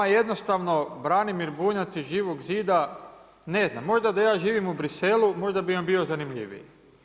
Vama jednostavno Branimir Bunjac iz Živog zida, ne znam, možda da ja živim u Bruxellesu možda bi vam bio zanimljiviji.